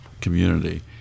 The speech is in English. community